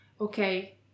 okay